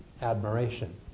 admiration